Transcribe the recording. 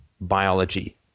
biology